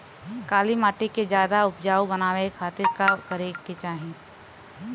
काली माटी के ज्यादा उपजाऊ बनावे खातिर का करे के चाही?